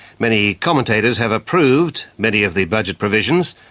many commentators have approved many of the budget provisions,